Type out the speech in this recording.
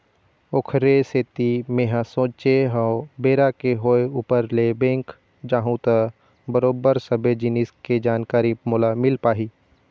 ओखरे सेती मेंहा सोचे हव बेरा के होय ऊपर ले बेंक जाहूँ त बरोबर सबे जिनिस के जानकारी मोला मिल पाही